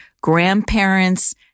grandparents